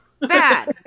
bad